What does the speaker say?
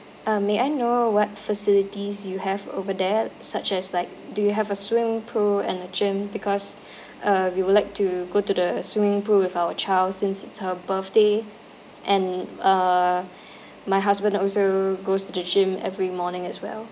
uh may I know what facilities you have over there such as like do you have a swimming pool and a gym because uh we would like to go to the swimming pool with our child since it's her birthday and uh my husband also goes to the gym every morning as well